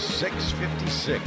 6.56